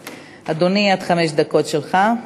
אדוני, עד חמש דקות שלך.